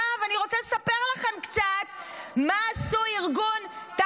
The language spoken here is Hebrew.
עכשיו אני רוצה לספר לכם קצת מה עשו ארגון --- ארגון מסוכן מאוד.